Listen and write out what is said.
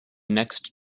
next